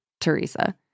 Teresa